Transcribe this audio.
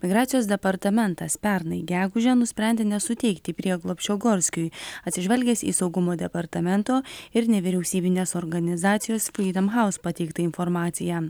migracijos departamentas pernai gegužę nusprendė nesuteikti prieglobsčio gorskiui atsižvelgęs į saugumo departamento ir nevyriausybinės organizacijos fridom haus pateiktą informaciją